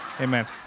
amen